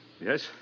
Yes